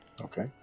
okay